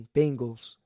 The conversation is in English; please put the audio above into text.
Bengals